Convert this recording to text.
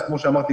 אז כמו שאמרתי,